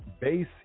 base